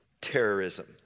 Terrorism